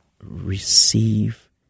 receive